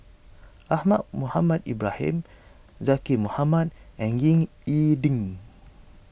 Ahmad Mohamed Ibrahim Zaqy Mohamad and Ying E Ding